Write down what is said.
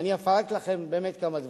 אני אפרט לכם כמה דברים.